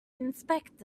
inspect